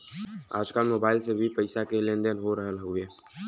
आजकल मोबाइल से भी पईसा के लेन देन हो रहल हवे